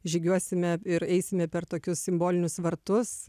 žygiuosime ir eisime per tokius simbolinius vartus